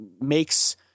makes